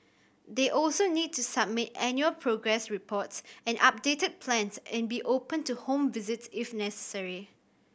they also need to submit annual progress reports and updated plans and be open to home visits if necessary